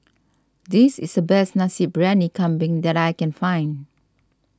this is the best Nasi Briyani Kambing that I can find